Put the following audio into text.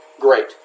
Great